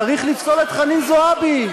צריך לפסול את חנין זועבי.